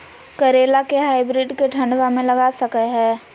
करेला के हाइब्रिड के ठंडवा मे लगा सकय हैय?